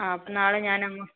ആ അപ്പം നാളെ ഞാൻ അങ്ങോട്ട്